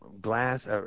glass